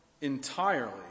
entirely